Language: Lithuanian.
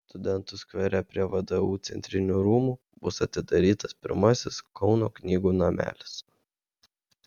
studentų skvere prie vdu centrinių rūmų bus atidarytas pirmasis kauno knygų namelis